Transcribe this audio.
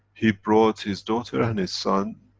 he brought his daughter and his son,